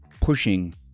pushing